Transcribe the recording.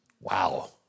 Wow